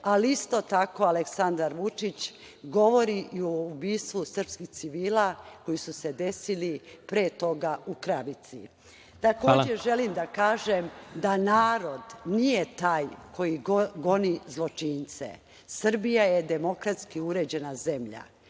i isto tako Aleksandar Vučić govori i o ubistvu srpskih civila koji su se desili pre toga u Kravici.(Predsedavajući: Hvala.)Takođe, želim da kažem da narod nije taj koji goni zločince. Srbija je demokratski uređena zemlja,